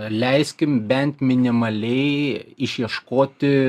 leiskim bent minimaliai išieškoti